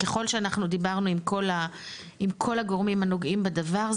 ככול שאנחנו דיברנו עם כל הגורמים הנוגעים בדבר,